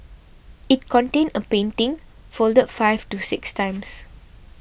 it contained a painting folded five to six times